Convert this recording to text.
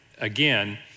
again